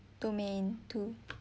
domain two